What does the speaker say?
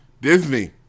Disney